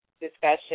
discussion